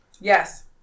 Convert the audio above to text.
yes